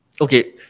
okay